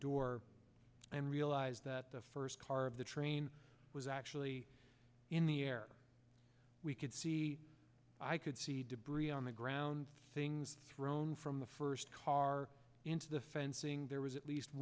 door and realised that the first car of the train was actually in the air we could see i could see debris on the ground things thrown from the first car into the fencing there was at least